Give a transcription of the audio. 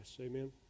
amen